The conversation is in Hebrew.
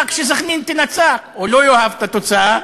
כש"בני סח'נין" תנצח או לא יאהב את התוצאה.